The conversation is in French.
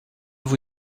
vous